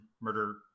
Murder